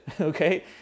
okay